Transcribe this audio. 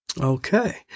Okay